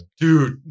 Dude